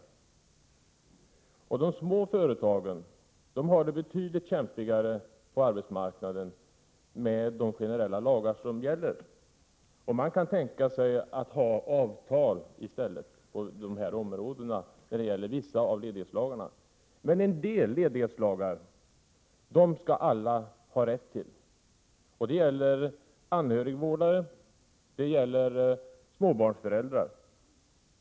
Med de generella lagar som gäller har de små företagen det betydligt kämpigare på arbetsmarknaden. Man kunde tänka sig att i stället ha avtal för dem när det gäller vissa av ledighetslagarna. Å andra sidan bör alla ha rätt till vissa typer av ledigheter, nämligen för anhörigvård och för vård av små barn.